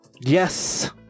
Yes